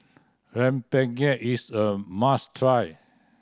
rempeyek is a must try